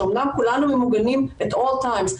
שאומנם כולנו ממוגנים at all times,